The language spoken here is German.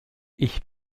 ich